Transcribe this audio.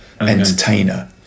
entertainer